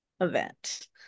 event